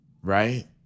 right